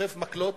דוחף מקלות